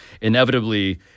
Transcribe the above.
inevitably